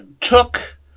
took